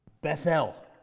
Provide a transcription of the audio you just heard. Bethel